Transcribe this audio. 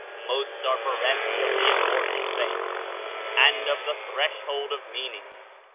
most are bereft of the immortal face and of the threshold of mean ings,